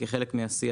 כחלק מהשיח,